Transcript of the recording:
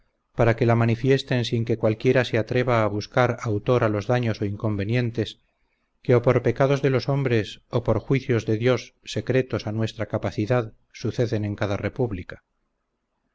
para que la manifiesten sin que cualquiera se atreva a buscar autor a los daños o inconvenientes que o por pecados de los hombres o por juicios de dios secretos a nuestra capacidad suceden en la república